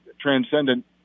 transcendent